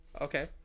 Okay